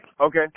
Okay